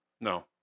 No